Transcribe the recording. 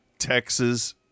Texas